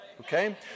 okay